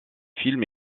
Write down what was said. films